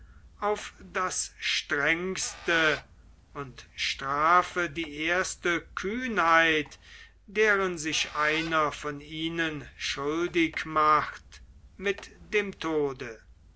auf das strengste und strafe die erste kühnheit deren sich einer von ihnen schuldig macht mit dem tode